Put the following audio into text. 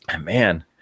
Man